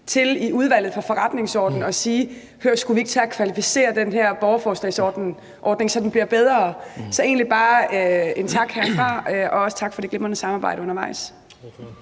parti i Udvalget for Forretningsordenen til at sige: Hør, skulle vi ikke tage og kvalificere den her borgerforslagsordning, så den bliver bedre? Så det er egentlig bare en tak herfra, og også tak for det glimrende samarbejde undervejs.